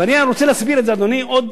ואני רוצה להסביר, אדוני, עוד